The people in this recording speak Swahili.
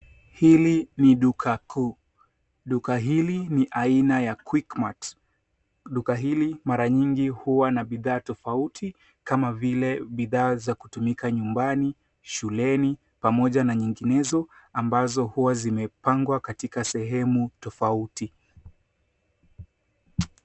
Hili ni duka kuu. Duka hili ni aina ya QuickMart. Duka hili mara nyingi huwa na bidhaa tofauti kama vile bidhaa za kutumika nyumbani, shuleni, pamoja na nyinginezo ambazo huwa zimepangwa katika sehemu tofauti.